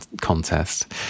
Contest